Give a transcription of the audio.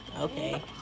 Okay